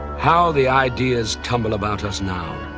how the ideas tumble about us now.